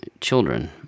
children